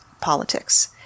politics